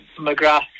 McGrath